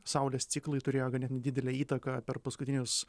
saulės ciklai turėjo ganėtinai didelę įtaką per paskutinius